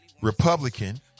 Republican